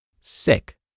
sick